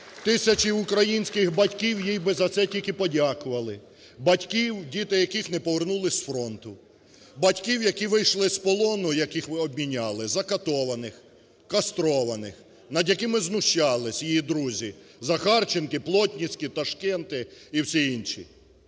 тисячі українських батьків їй би за це тільки подякували, батьків, діти яких не повернулися з фронту, батьків, які вийшли з полону, яких ми обміняли, закатованих, кастрованих, над якими знущалися її друзі – Захарченки, Плотницькі, "Ташкенти" і всі інші.